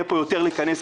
יהיה פה יותר לכנס,